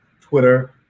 Twitter